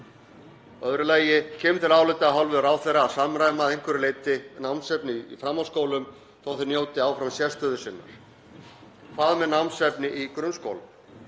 öðru lagi: Kemur til álita af hálfu ráðherra að samræma að einhverju leyti námsefni í framhaldsskólum þó að þeir njóti áfram sérstöðu sinnar? Hvað með námsefni í grunnskólum?